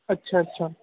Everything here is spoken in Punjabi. ਅੱਛਾ ਅੱਛਾ